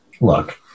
Look